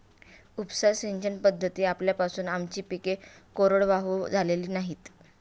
उपसा सिंचन पद्धती आल्यापासून आमची पिके कोरडवाहू झालेली नाहीत